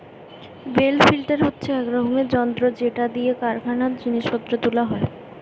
bell lifter হচ্ছে এক রকমের যন্ত্র যেটা দিয়ে কারখানায় জিনিস পত্র তুলা হয়